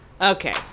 Okay